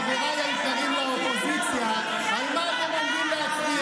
(חברת הכנסת מיכל שיר סגמן יוצאת מאולם המליאה.) בתור תקלה?